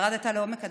שירדת לעומק הדברים.